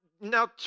now